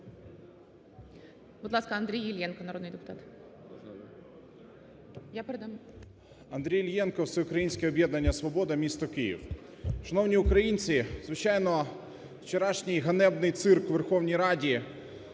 Андрій Іллєнко, Всеукраїнське об'єднання "Свобода", місто Київ. Шановні українці, звичайно, вчорашній ганебний цирк у Верховній Раді,